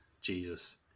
Jesus